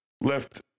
left